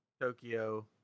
Tokyo